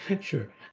Sure